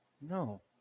No